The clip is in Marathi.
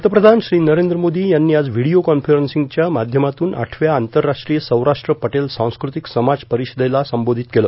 पंतप्रधान श्री नरेंद्र मोदी यांनी आज व्हिडिओ कॉन्फरन्सिंगच्या माध्यमातून आठव्या आंतरराष्ट्रीय सौराष्ट्रीय पटेल सांस्कृतिक समाज परिषदेला संबोधित केलं